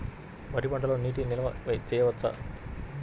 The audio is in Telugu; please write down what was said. వరి పంటలో నీటి నిల్వ చేయవచ్చా?